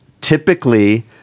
Typically